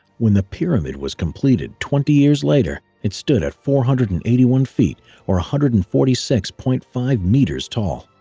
when the pyramid was completed twenty years later it stood at four hundred and eighty one feet or one hundred and forty six point five meters tall.